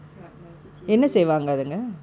club lah C_C_A